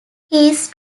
he’s